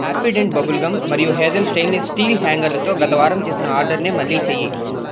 Happydent bubble gum మరియు hazel stainless steel హ్యాంగర్లతో గత వారం చేసిన ఆర్డర్నే మళ్ళీ చేయి